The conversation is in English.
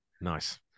Nice